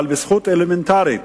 אבל בזכות אלמנטרית